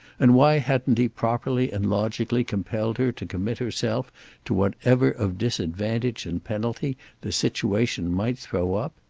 and why hadn't he properly and logically compelled her to commit herself to whatever of disadvantage and penalty the situation might throw up?